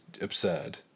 absurd